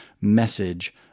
message